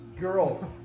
Girls